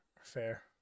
fair